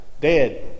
dead